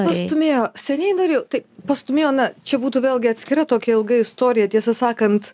pastūmėjo seniai norėjau tai pastūmėjo na čia būtų vėlgi atskira tokia ilga istorija tiesą sakant